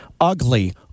ugly